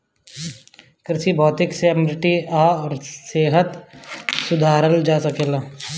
कृषि भौतिकी से मिट्टी कअ सेहत सुधारल जा सकेला